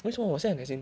为什么我 send as in